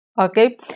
Okay